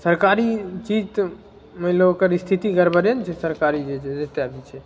सरकारी चीज तऽ मानि लहो ओकर स्थिति गड़बड़े ने छै सरकारी जे छै जतेक आदमी छै